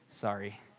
Sorry